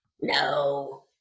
No